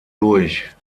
durch